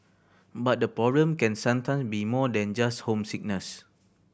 but the problem can sometimes be more than just homesickness